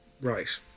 Right